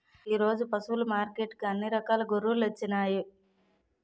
ఈరోజు పశువులు మార్కెట్టుకి అన్ని రకాల గొర్రెలొచ్చినాయ్